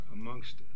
amongst